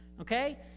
Okay